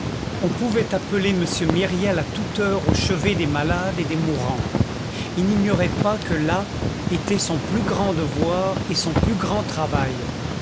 on pouvait appeler m myriel à toute heure au chevet des malades et des mourants il n'ignorait pas que là était son plus grand devoir et son plus grand travail